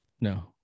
No